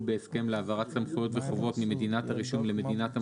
בהסכם להעברת סמכויות וחובות ממדינת הרישום למדינת המפעיל.